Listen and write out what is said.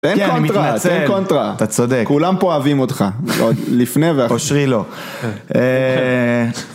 זה אין קונטרה, אין קונטרה, כולם פה אוהבים אותך, לפני ואחרי. אושרי לא.